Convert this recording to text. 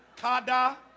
Kada